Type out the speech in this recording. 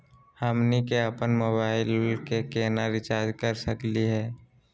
हमनी के अपन मोबाइल के केना रिचार्ज कर सकली हे?